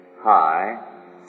high